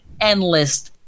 endless